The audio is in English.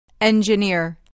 Engineer